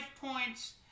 points